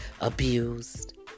abused